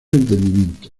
entendimiento